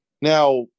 Now